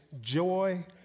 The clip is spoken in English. joy